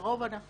לרוב אנחנו